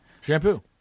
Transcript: Shampoo